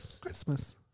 Christmas